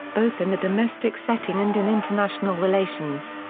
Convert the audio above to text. both in the domestic setting and in international relations.